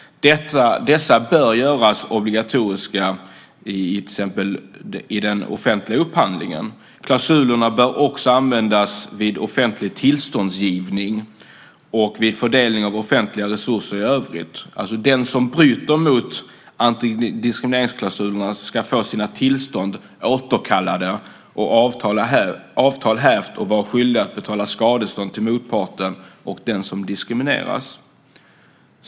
Dessa bör göras obligatoriska i till exempel offentlig upphandling. Klausulerna bör också användas vid offentlig tillståndsgivning och vid fördelning av offentliga resurser i övrigt. Den som bryter mot antidiskrimineringsklausulerna ska få sina tillstånd återkallade och avtal hävda och vara skyldig att betala skadestånd till motparten och till den som diskrimineras.